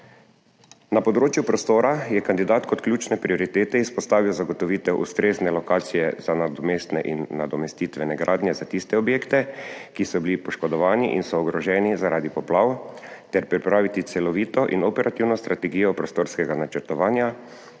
Na področju prostora je kandidat kot ključne prioritete izpostavil zagotovitev ustrezne lokacije za nadomestne in nadomestitvene gradnje za tiste objekte, ki so bili poškodovani in so ogroženi zaradi poplav, ter pripraviti celovito in operativno strategijo prostorskega načrtovanja,